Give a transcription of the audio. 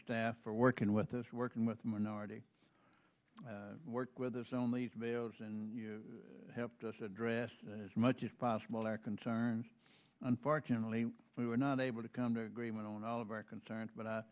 staff for working with us working with minority work with us only males and helped us address as much as possible our concerns unfortunately we were not able to come to agreement on all of our concerns but i